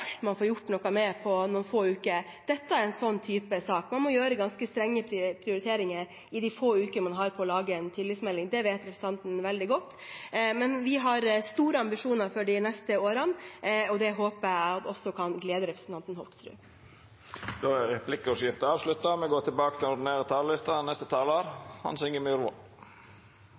man får gjort noe med på noen få uker. Dette er en slik sak. Man må gjøre ganske strenge prioriteringer i de få ukene man har på å lage en tilleggsproposisjon – det vet representanten veldig godt. Men vi har store ambisjoner for de neste årene, og det håper jeg også kan glede representanten Hoksrud. Replikkordskiftet er omme. Adventstida som me no er inne i, er den